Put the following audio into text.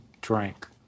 drank